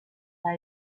pas